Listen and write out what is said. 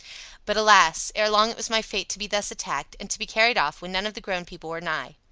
but alas! ere long it was my fate to be thus attacked, and to be carried off, when none of the grown people were nigh.